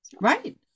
Right